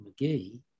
McGee